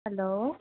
hello